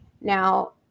Now